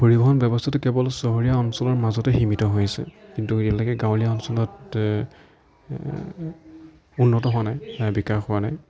পৰিবহন ব্যৱস্থাটো কেৱল চহৰীয়া অঞ্চলৰ মাজতেই সীমিত হৈ আছে কিন্তু এতিয়ালৈকে গাঁৱলীয়া অঞ্চলত উন্নত হোৱা নাই বিকাশ হোৱা নাই